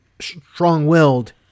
strong-willed